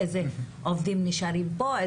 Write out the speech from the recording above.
איזה עובדים נשארים פה.